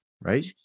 right